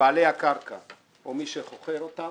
שבעלי הקרקע או מי שחוכר אותם